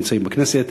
נמצאים בכנסת.